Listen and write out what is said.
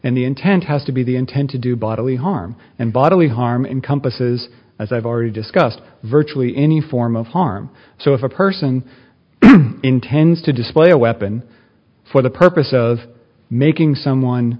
intent has to be the intent to do bodily harm and bodily harm encompasses as i've already discussed virtually any form of harm so if a person intends to display a weapon for the purpose of making someone